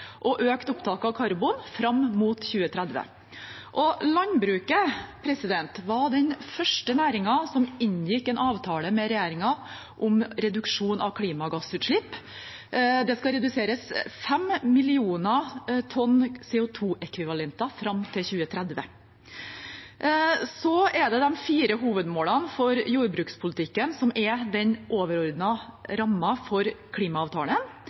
og øke opptaket av karbon fram mot 2030. Landbruket var den første næringen som inngikk en avtale med regjeringen om reduksjon av klimagassutslipp. Det skal reduseres med 5 millioner tonn CO2-ekvivalenter fram til 2030. Det er de fire hovedmålene for jordbrukspolitikken som er den overordnede rammen for klimaavtalen,